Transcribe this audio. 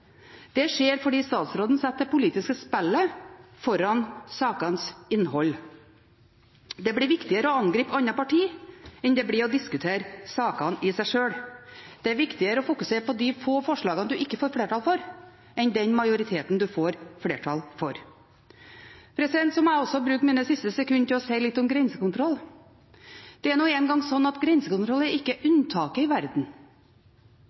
Det skjer fordi statsråden setter det politiske spillet foran sakenes innhold. Det blir viktigere å angripe andre parti enn det blir å diskutere sakene i seg sjøl. Det er viktigere å fokusere på de få forslagene en ikke får flertall for, enn på den majoriteten en får flertall for. Så må jeg bruke mine siste sekunder til å si litt om grensekontroll. Det er nå engang slik at grensekontroll er ikke unntaket i verden. Det er det vanlige, det alminnelige, i verden.